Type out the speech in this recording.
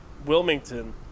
Wilmington